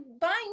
buying